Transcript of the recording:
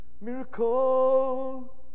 miracle